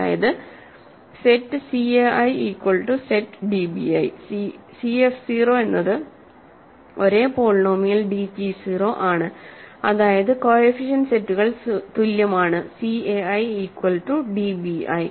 അതായത് set cai equal to set dbi cf 0 എന്നത് ഒരേ പോളിനോമിയൽ dg 0 ആണ് അതായത് കോഎഫിഷ്യന്റ് സെറ്റുകൾ തുല്യമാണ് cai equal to db i